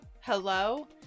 hello